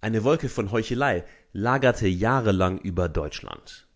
eine wolke von heuchelei lagerte jahrelang über deutschland